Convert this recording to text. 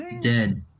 dead